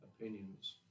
opinions